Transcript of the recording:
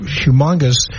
humongous